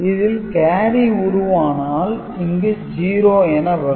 இதில் கேரி உருவானால் இங்கு 0 என வரும்